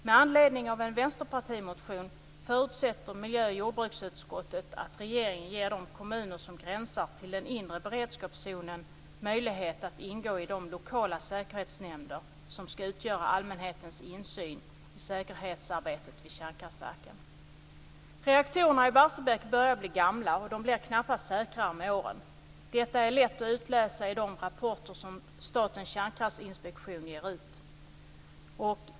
Med anledning av en vänsterpartimotion förutsätter miljö och jordbruksutskottet att regeringen ger de kommuner som gränsar till den inre beredskapszonen möjlighet att ingå i de lokala säkerhetsnämnder som skall utgöra allmänhetens insyn i säkerhetsarbetet vid kärnkraftverken. Reaktorerna i Barsebäck börjar bli gamla, och de blir knappast säkrare med åren. Detta är lätt att utläsa i de rapporter som Statens kärnkraftsinspektion ger ut.